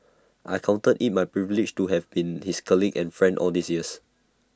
I counted IT my privilege to have been his colleague and friend all these years